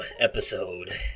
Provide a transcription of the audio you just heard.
episode